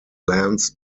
lands